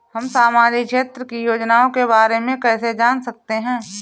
हम सामाजिक क्षेत्र की योजनाओं के बारे में कैसे जान सकते हैं?